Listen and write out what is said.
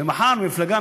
ומחר מפלגה,